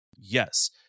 Yes